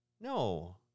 No